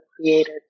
created